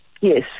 Yes